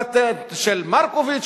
פטנט של מרקוביץ,